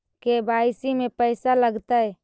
KYC में पैसा लगतै?